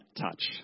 touch